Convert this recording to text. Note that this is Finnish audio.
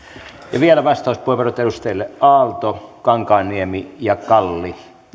vielä vastauspuheenvuorot edustajille aalto kankaanniemi ja kalli